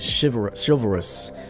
chivalrous